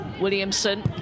Williamson